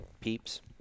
peeps